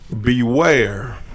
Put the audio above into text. Beware